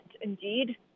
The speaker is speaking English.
indeed